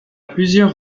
plusieurs